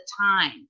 time